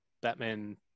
Batman